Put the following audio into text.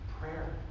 Prayer